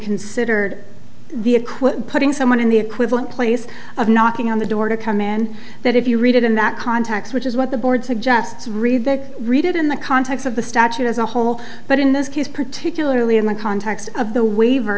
considered the acquit putting someone in the equivalent place of knocking on the door to come in that if you read it in that context which is what the board suggests read they read it in the context of the statute as a whole but in this case particularly in the context of the waive